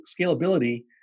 scalability